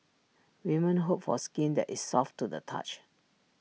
women hope for skin that is soft to the touch